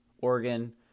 Oregon